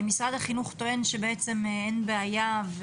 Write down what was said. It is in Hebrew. משרד החינוך טוען שבעצם אין בעיה,